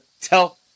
tell